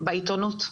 בעיתונות,